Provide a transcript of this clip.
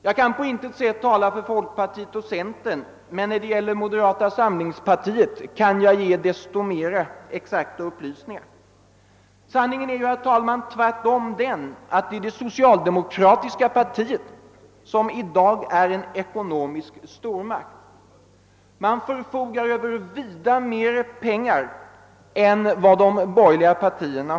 Jag kan på intet sätt tala för folkpartiet och centern, men när det gäller moderata samlingspartiet kan jag ge desto exaktare upplysningar. Sanningen är, herr talman, tvärtom den att det är det socialdemokratiska partict som i dag är en ekonomisk stormakt. Det förfogar över vida mer pengar än de borgerliga partierna.